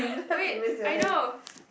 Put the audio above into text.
wait I know